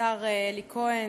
השר אלי כהן,